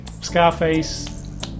Scarface